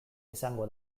izango